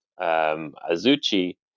Azuchi